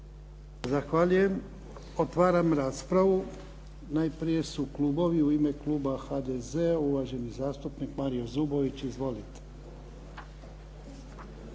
Zahvaljujem. Otvaram raspravu. Najprije su klubovi. U ime kluba HDZ-a uvaženi zastupnik Mario Zubović. Izvolite.